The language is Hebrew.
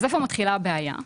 איפה מתחילה הבעיה.